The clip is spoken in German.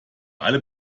alle